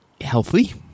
healthy